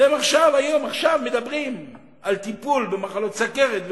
אתם היום מדברים על טיפול במחלות, סוכרת וכו'.